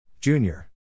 Junior